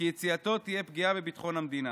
וכי יציאתו תהיה פגיעה בביטחון המדינה.